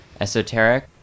esoteric